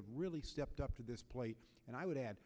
have really stepped up to this plate and i would add